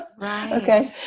okay